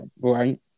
right